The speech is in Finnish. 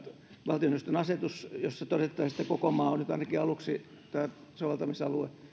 valtioneuvoston asetus jossa todettaisiin että koko maa on nyt ainakin aluksi tämä soveltamisalue